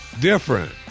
different